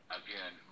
again